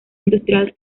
industrial